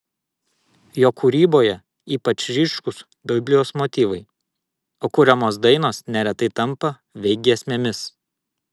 jo kūryboje ypač ryškūs biblijos motyvai o kuriamos dainos neretai tampa veik giesmėmis